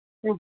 ಹ್ಞೂ